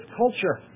culture